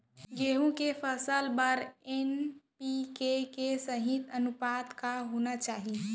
गेहूँ के फसल बर एन.पी.के के सही अनुपात का होना चाही?